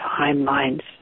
timelines